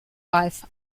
wife